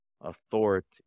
Authority